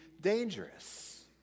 dangerous